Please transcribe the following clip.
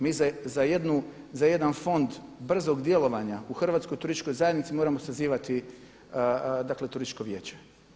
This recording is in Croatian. Mi za jedan fond brzog djelovanja u Hrvatskoj turističkoj zajednici moramo sazivati dakle turističko vijeće.